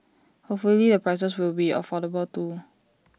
hopefully the prices will be affordable too